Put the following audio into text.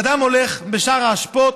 אדם הולך בשער האשפות,